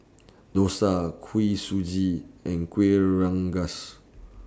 Dosa Kuih Suji and Kueh Rengas